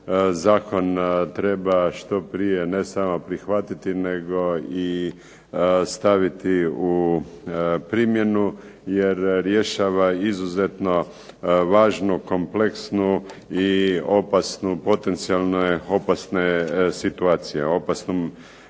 zakon treba što prije ne samo prihvatiti nego i staviti u primjenu jer rješava izuzetno važnu, kompleksnu i opasnu, potencijalno opasne situacije.